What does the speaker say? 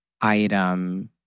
item